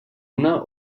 una